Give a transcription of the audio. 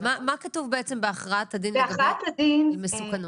כתוב בעצם בהכרעת הדין לגבי מסוכנות?